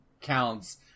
counts